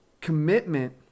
Commitment